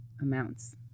amounts